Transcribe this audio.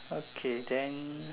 okay then